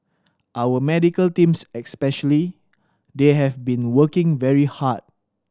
our medical teams especially they have been working very hard